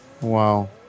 Wow